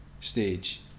stage